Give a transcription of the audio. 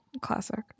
Classic